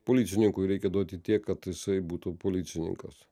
policininkui reikia duoti tiek kad jisai būtų policininkas